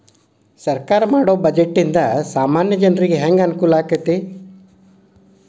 ಸರ್ಕಾರಾ ಮಾಡೊ ಬಡ್ಜೆಟ ನಿಂದಾ ಸಾಮಾನ್ಯ ಜನರಿಗೆ ಹೆಂಗ ಅನುಕೂಲಕ್ಕತಿ?